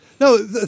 No